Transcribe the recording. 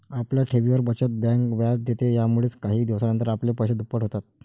आपल्या ठेवींवर, बचत बँक व्याज देते, यामुळेच काही दिवसानंतर आपले पैसे दुप्पट होतात